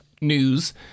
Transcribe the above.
news